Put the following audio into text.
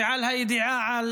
והידיעה על